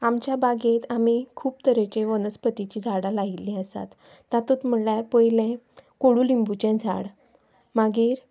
आमच्या बागेंत आमी खूब तरेचीं वनस्पतीचीं झाडां लायिल्लीं आसात तातूंत म्हणल्यार पयलें कोडलिंबूचें झाड मागीर